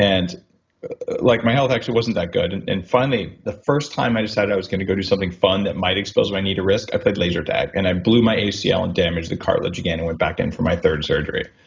and like my health actually wasn't that good. and and finally the first time i decided i was going to do something fun that might expose my knee to risk i played laser tag and i blew my acl and damaged the cartilage. again and went back in for my third surgery.